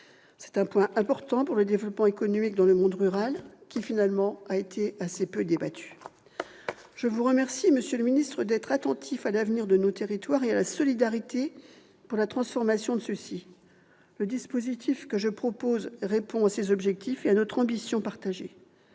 C'est un point important pour le développement économique dans le monde rural qui a finalement été assez peu débattu. Je vous remercie, monsieur le ministre d'État, d'être attentif à l'avenir de nos territoires et à la solidarité pour la transformation de ceux-ci. Le dispositif que je propose répond à ces objectifs et à notre ambition partagée.